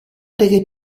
delle